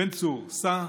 בן-צור, סע,